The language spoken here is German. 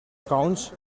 accounts